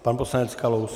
Pan poslanec Kalous.